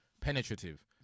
penetrative